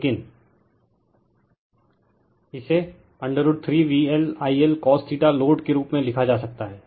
लेकिन इसे √ 3VLI Lcos load के रूप में लिखा जा सकता है